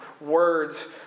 words